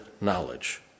knowledge